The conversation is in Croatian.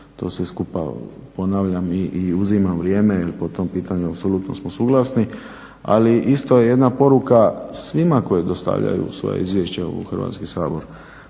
to sve skupa ponavljam i uzimam vrijeme. Po tom pitanju apsolutno smo suglasni. Ali isto jedna poruka svima koji dostavljaju svoja izvješća u Hrvatski sabor,